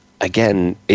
again